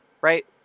right